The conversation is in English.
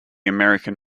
american